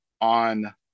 on